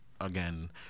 again